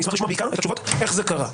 אשמח לשמוע בעיקר את התשובות איך זה קרה.